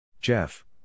Jeff